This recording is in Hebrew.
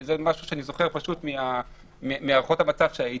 זה משהו שאני זוכר מהערכות המצב שהייתי,